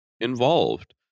involved